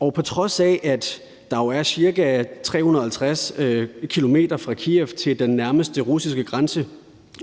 Og på trods af at der er cirka ca. 350 km fra Kyiv til den nærmeste russiske grænse